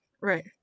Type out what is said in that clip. right